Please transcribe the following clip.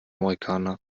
amerikaner